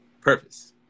purpose